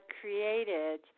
created